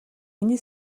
миний